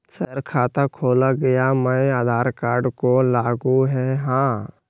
Sir खाता खोला गया मैं आधार कार्ड को लागू है हां?